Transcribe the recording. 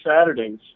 Saturdays